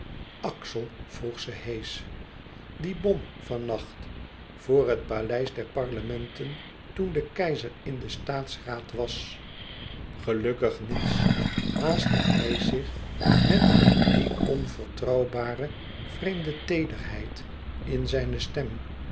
axel vroeg ze heesch die bom van nacht voor het paleis der parlementen toen de keizer in den staatsraad was gelukkig niets haastte hij zich met die onvertrouwbare vreemde teederheid in zijne stem